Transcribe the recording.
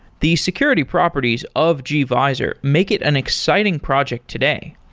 the security properties of gvisor make it an exciting project today,